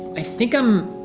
i think i'm